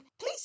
Please